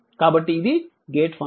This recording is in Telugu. కాబట్టి ఇది గేట్ ఫంక్షన్